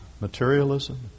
materialism